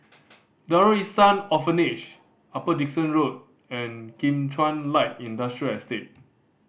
Darul Ihsan Orphanage Upper Dickson Road and Kim Chuan Light Industrial Estate